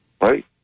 right